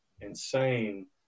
insane